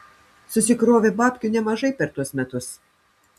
susikrovė babkių nemažai per tuos metus